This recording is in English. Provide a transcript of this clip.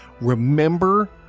Remember